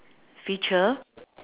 feature